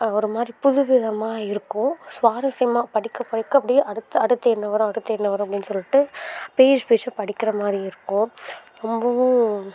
ஒருமாதிரி புதுவிதமாக இருக்கும் ஸ்வாரஸ்யமாக படிக்க படிக்க அப்டே அடுத்த அடுத்து என்ன வரும் அடுத்து என்ன வரும் அப்படின் சொல்லிட்டு பேஜ் பேஜாக படிக்கறமாதிரி இருக்கும் ரொம்பவும்